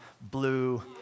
Blue